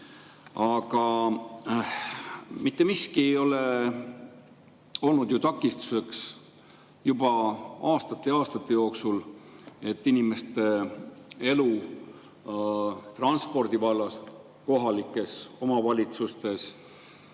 aga mitte miski ei ole olnud ju takistuseks juba aastate ja aastate jooksul, et inimeste transpordi[ühendusi] kohalikes omavalitsustes